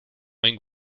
mein